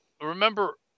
Remember